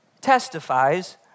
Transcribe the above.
testifies